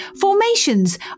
Formations